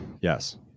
yes